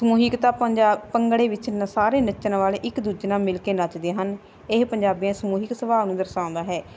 ਸਮੂਹਿਕਤਾ ਪੰਜਾਬ ਭੰਗੜੇ ਵਿੱਚ ਨਸਾਰੇ ਨੱਚਣ ਵਾਲੇ ਇੱਕ ਦੂਜੇ ਨਾਲ ਮਿਲ ਕੇ ਨੱਚਦੇ ਹਨ ਇਹ ਪੰਜਾਬੀਆਂ ਸਮੂਹਿਕ ਸੁਭਾਅ ਨੂੰ ਦਰਸਾਉਂਦਾ ਹੈ